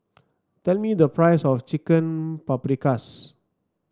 tell me the price of Chicken Paprikas